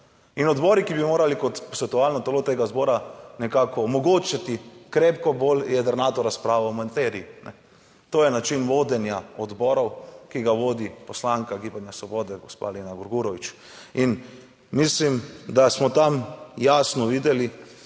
in odbori, ki bi morali kot posvetovalno telo tega zbora nekako omogočiti krepko bolj jedrnato razpravo o materiji, to je način vodenja odborov, ki ga vodi poslanka Gibanja svobode gospa Lena Grgurevič in mislim, da smo tam jasno videli,